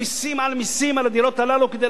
הללו כדי להכריח את האנשים לא להחזיק אותן.